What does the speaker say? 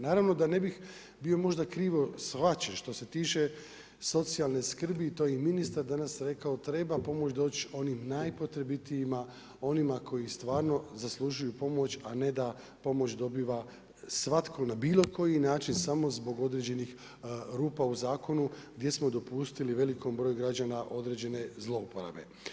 Naravno, da ne bi bio možda krivo shvaćen, što se tiče socijalne skrbi, to je i ministar danas rekao, treba pomoć doći onim najpotrebitijima, onima koji stvarno zaslužuju pomoć, a ne da pomoć dobiva svatko na bilo koji način samo zbog određenih rupa u zakonu, gdje smo dopustili velikom broju građana, određene zlouporabe.